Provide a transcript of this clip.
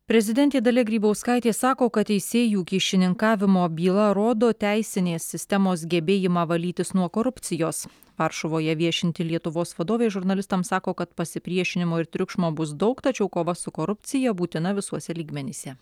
prezidentė dalia grybauskaitė sako kad teisėjų kyšininkavimo byla rodo teisinės sistemos gebėjimą valytis nuo korupcijos varšuvoje viešinti lietuvos vadovė žurnalistams sako kad pasipriešinimo ir triukšmo bus daug tačiau kova su korupcija būtina visuose lygmenyse